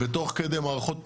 ותוך כדי מערכות פוליטיות,